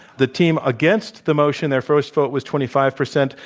the team against the motion their first vote was twenty five percent,